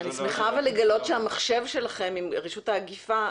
אני שמחה שהמחשב שלכם עובד עם רשות האכיפה